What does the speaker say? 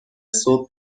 صبح